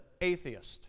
atheist